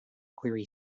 query